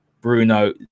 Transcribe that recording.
Bruno